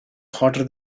hotter